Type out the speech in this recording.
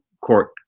court